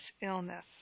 illness